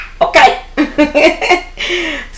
okay